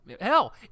hell